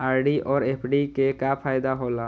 RD और FD के का फायदा हौला?